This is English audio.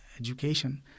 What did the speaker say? education